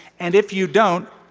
and if you don't,